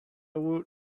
woot